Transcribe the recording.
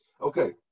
okay